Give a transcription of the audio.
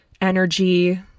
energy